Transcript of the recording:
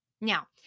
Now